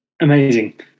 amazing